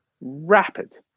rapid